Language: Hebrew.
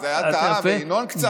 זה היה, וינון קצת.